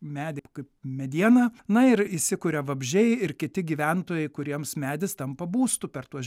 medį kaip medieną na ir įsikuria vabzdžiai ir kiti gyventojai kuriems medis tampa būstu per tuos